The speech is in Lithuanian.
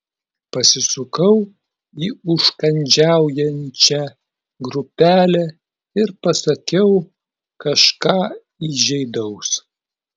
pasisukau į užkandžiaujančią grupelę ir pasakiau kažką įžeidaus